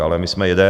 Ale my jsme jeden.